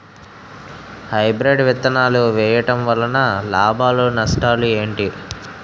Hybrid విత్తనాలు వేయటం వలన లాభాలు నష్టాలు ఏంటి?